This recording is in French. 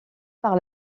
par